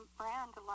brand